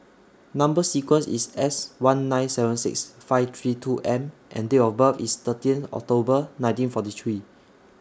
Number sequence IS S one nine seven six five three two M and Date of birth IS thirteen October nineteen forty three